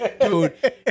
dude